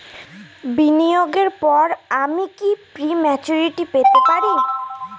বিনিয়োগের পর আমি কি প্রিম্যচুরিটি পেতে পারি?